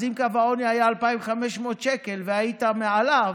אם קו העוני היה 2,500 שקל והיית מעליו,